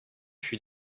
für